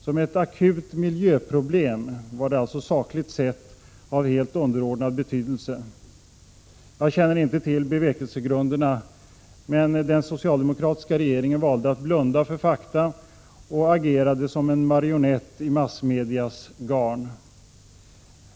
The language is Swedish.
Som akut miljöproblem var det sakligt sett av helt underordnad betydelse. Jag känner inte till bevekelsegrunderna, men den socialdemokratiska regeringen valde att blunda för fakta och agerade som en marionett i massmediernas garn.